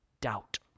doubt